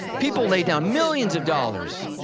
people lay down millions of dollars,